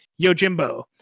Yojimbo